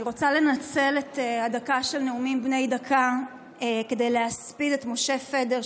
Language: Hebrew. אני רוצה לנצל את הדקה של נאומים בני דקה כדי להספיד את משה פדר,